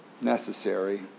necessary